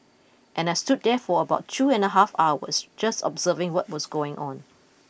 and I stood there for about two and a half hours just observing what was going on